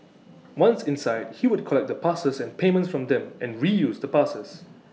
once inside he would collect the passes and payments from them and reuse the passes